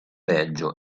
belgio